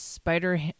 Spider